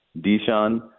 Dishan